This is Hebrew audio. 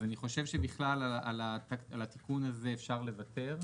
אז אני חושב שבכלל על התיקון הזה אפשר לוותר,